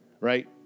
Right